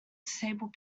disabled